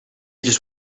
just